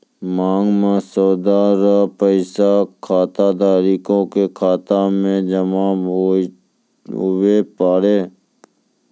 मांग मसौदा रो पैसा खाताधारिये के खाता मे जमा हुवै पारै